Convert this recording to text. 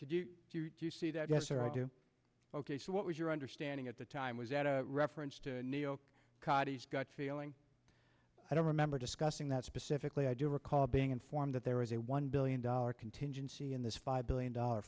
could you see that yes sir i do ok so what was your understanding at the time was at a reference to new york caught he's got feeling i don't remember discussing that specifically i do recall being informed that there was a one billion dollar contingency in this five billion dollar